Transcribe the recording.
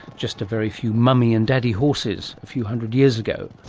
just a very few mummy and daddy horses a few hundred years ago.